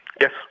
Yes